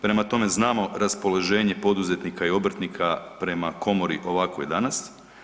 Prema tome, znamo raspoloženje poduzetnika i obrtnika prema komori ovakvoj danas.